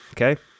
Okay